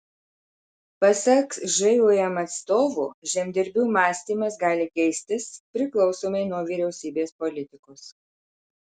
pasak žūm atstovo žemdirbių mąstymas gali keistis priklausomai nuo vyriausybės politikos